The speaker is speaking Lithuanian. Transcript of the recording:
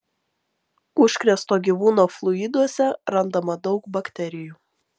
užkrėsto gyvūno fluiduose randama daug bakterijų